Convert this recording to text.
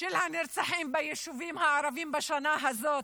של הנרצחים ביישובים הערביים בשנה הזאת,